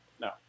no